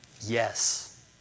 Yes